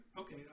Okay